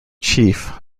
chief